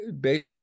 based